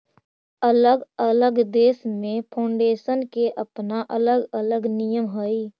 अलग अलग देश में फाउंडेशन के अपना अलग अलग नियम हई